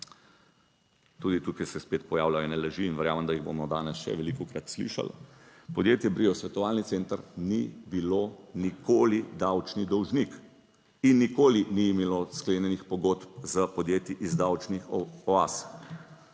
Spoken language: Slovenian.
Tudi tukaj se spet pojavljajo ene laži in verjamem, da jih bomo danes še velikokrat slišali. Podjetje Brio svetovalni center ni bilo nikoli davčni dolžnik in nikoli ni imelo sklenjenih pogodb s podjetji iz davčnih oaz.